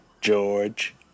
George